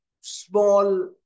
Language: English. small